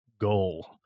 goal